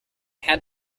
had